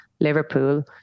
Liverpool